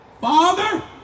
Father